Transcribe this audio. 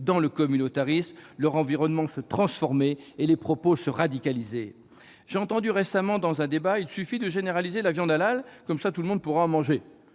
dans le communautarisme, leur environnement se transformer et les propos se radicaliser. J'ai entendu récemment dans un débat :« Il suffit de généraliser la viande halal. Comme ça, tout le monde pourra en manger !